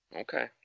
Okay